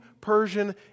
Persian